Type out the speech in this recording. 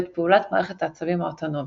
ואת פעולת מערכת העצבים האוטונומית.